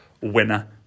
winner